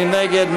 מי נגד?